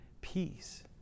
peace